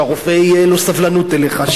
שלרופא תהיה סבלנות אליך,